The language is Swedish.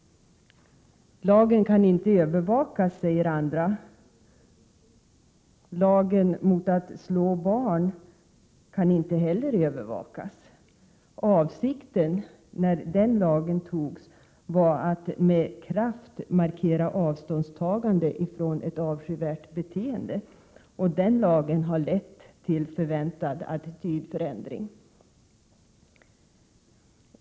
Lagen kan inte övervakas, säger andra. Lagen mot att slå barn kan inte heller övervakas. Avsikten när den lagen antogs var att med kraft markera avståndstagande från ett avskyvärt beteende. Den lagen har lett till förväntad attitydförändring.